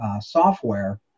software